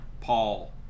Paul